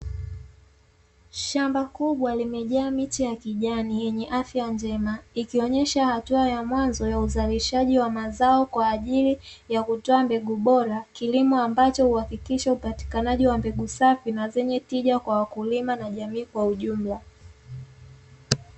Shamba kubwa limejaa miche ya kijani yenye afya njema ikionyesha hatua ya mwanzo ya uzalishaji wa mazao kwa ajili ya kutoa mbegu bora, kilimo ambacho huhakikisha upatikanaji wa mbegu safi na zenye tija kwa wakulima na jamii kwa ujumla.